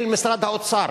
אל משרד האוצר?